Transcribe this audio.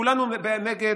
כולנו נגד,